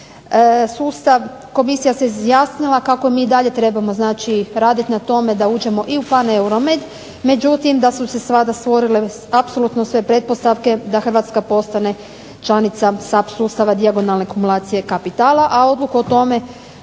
sustav komisija se izjasnila kako mi trebamo dalje raditi na tome da uđemo i u PAN Euromed, međutim, da su se sada stvorile sve pretpostavke da Hrvatska postane članica SAP sustava dijagonalne kumulacije kapitala, a odluku o tome,